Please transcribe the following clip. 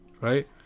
right